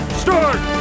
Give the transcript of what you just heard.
start